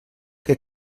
que